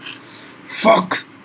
fuck